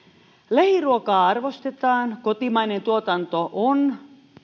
lähiruokaa arvostetaan ja kotimainen tuotanto on